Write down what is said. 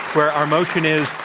where our motion is,